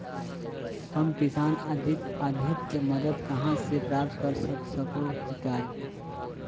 हम किसान आर्थिक मदत कहा से प्राप्त कर सको हियय?